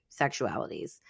sexualities